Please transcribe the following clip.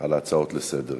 על ההצעות לסדר-היום.